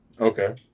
Okay